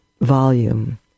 volume